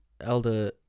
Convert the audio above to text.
elder